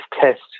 test